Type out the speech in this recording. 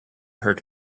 hurt